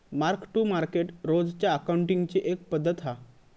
mark to market रोजच्या अकाउंटींगची एक पद्धत हा